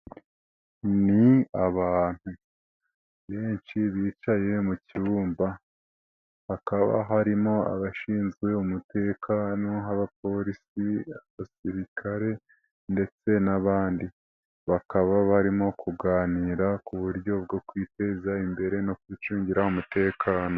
Ni abantu benshi bicaye mu cyumba hakaba harimo abashinzwe umutekano nk'abapolisi abasirikare ndetse n'abandi, bakaba barimo kuganira ku buryo bwo kwiteza imbere no kwicungira umutekano.